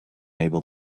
able